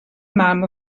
mam